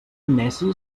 neci